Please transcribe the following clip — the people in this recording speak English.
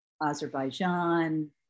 Azerbaijan